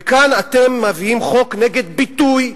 וכאן אתם מביאים חוק נגד ביטוי,